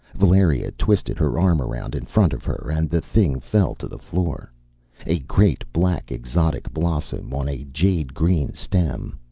valeria twisted her arm around in front of her, and the thing fell to the floor a great black exotic blossom on a jade-green stem,